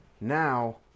now